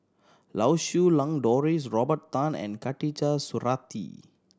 Lau Siew Lang Doris Robert Tan and Khatijah Surattee